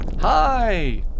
Hi